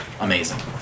amazing